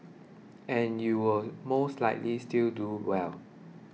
and you will most likely still do well